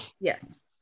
Yes